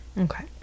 Okay